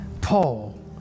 Paul